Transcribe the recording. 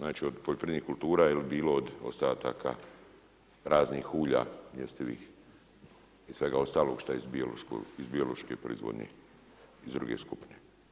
od poljoprivrednih kultura, bilo od ostataka raznih ulja jestivih i svega ostalog što je iz biološke proizvodnje iz druge skupine?